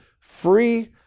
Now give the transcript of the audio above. free